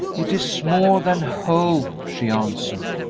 it is more than hope, she answered,